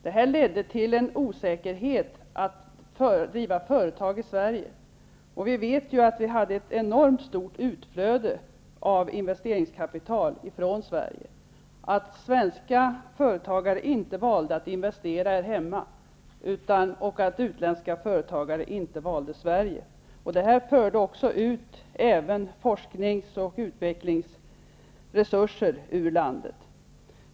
Det ledde till en osäkerhet när det gäller att driva företag i Sverige. Vi vet att vi hade ett enormt stort utflöde av investeringskapital från Sverige. Svenska företagare valde inte att investera här hemma och utländska företagare valde inte Sverige. Detta förde även ut forsknings och utvecklingsresurser ur landet.